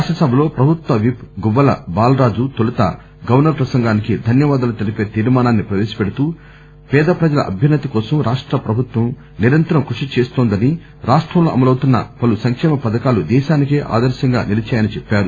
శాసన సభలో ప్రభుత్వ విప్ గువ్వల బాల్ రాజు తొలుత గవర్నర్ ప్రసంగానికి ధన్యవాదాలు తెలిపే తీర్మానాన్ని ప్రపేశపెడుతూ పేద ప్రజల అభ్యున్నతి కోసం రాష్ట ప్రభుత్వం నిరంతరం కృషిచేస్తోందని రాష్టంలో అమలవుతున్న పలు సంకేమ పధకాలు దేశానికే ఆదర్శంగా నిలీదాయనీ చెప్పారు